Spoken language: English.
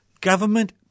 Government